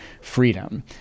freedom